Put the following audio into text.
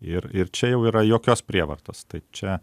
ir ir čia jau yra jokios prievartos tai čia